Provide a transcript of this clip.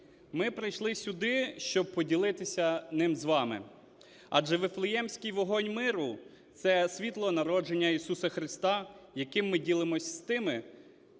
Ми прийшли сюди, щоб поділитися ним з вами, адже Вифлеємський вогонь миру – це світло народження Ісуса Христа, яким ми ділимось з тими,